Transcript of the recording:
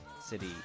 city